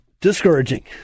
discouraging